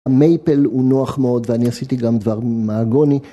המייפל הוא נוח מאוד ואני עשיתי גם דבר מהגוני.